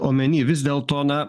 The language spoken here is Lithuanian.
omeny vis dėl to na